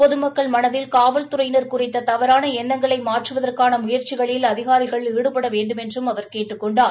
பொதுமக்கள் மனதில் காவல்துறையினா் குறித்த தவறான எண்ணங்களை மாற்றுவதற்கான முயற்சிகளில் அதிகாரிகள ஈடுபட வேண்டுமென்றும் அவர் கேட்டுக் கொண்டார்